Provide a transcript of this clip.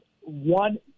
One